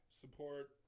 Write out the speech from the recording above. support